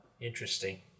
interesting